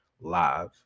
live